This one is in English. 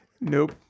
Nope